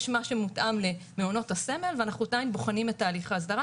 יש מה שמותאם למעונות הסמל ואנחנו עדיין בוחנים את תהליכי ההסדרה.